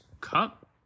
Cup